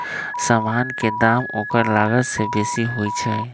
समान के दाम ओकर लागत से बेशी होइ छइ